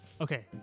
Okay